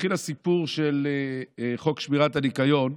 כשהתחיל הסיפור של חוק שמירת הניקיון,